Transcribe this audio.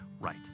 right